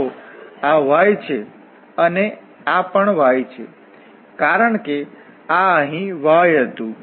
તો આ y છે અને આ પણ y છે કારણ કે આ અહીં y હતું